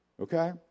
Okay